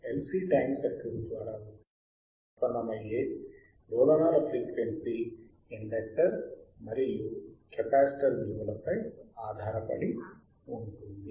LC tank circuit ద్వారా ఉత్పన్నమయ్యే డోలనాల ఫ్రీక్వెన్సీ ఇండక్టర్ మరియు కెపాసిటర్ విలువల పై ఆధారపడి ఉంటుంది